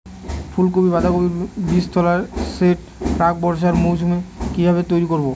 ফুলকপি বাধাকপির বীজতলার সেট প্রাক বর্ষার মৌসুমে কিভাবে তৈরি করব?